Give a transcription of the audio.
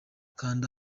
kanda